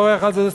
דורך על זה,